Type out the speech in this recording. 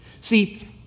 See